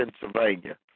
Pennsylvania